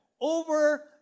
over